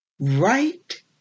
right